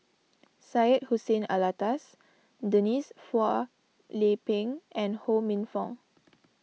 Syed Hussein Alatas Denise Phua Lay Peng and Ho Minfong